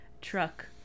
truck